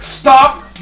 Stop